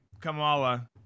Kamala